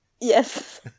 Yes